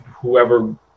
whoever